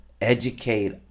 educate